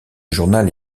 journal